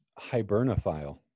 hibernophile